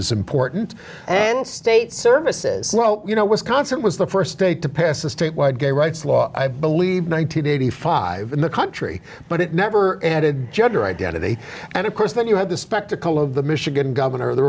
is important and state services well you know wisconsin was the first state to pass a state wide gay rights law i believe one nine hundred eighty five in the country but it never added gender identity and of course then you have the spectacle of the michigan governor the